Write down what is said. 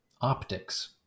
optics